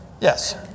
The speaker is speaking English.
Yes